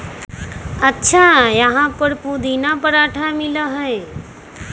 अच्छा यहाँ पर पुदीना पराठा मिला हई?